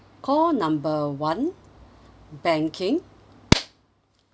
call number one banking